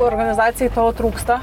organizacijoj tavo trūksta